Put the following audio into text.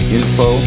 Info